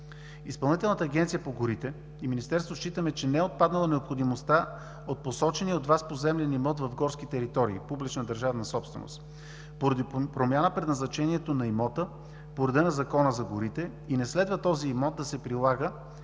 Изпълнителната агенция по горите и министерството считаме, че не е отпаднала необходимостта от посочения от Вас поземлен имот в горски територии публична държавна собственост поради промяна предназначението на имота по реда на Закона за горите и не следва за този имот да се прилагат